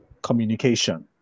communication